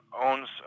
owns